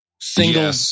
single